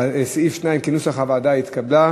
סעיף 2 כנוסח הוועדה התקבל.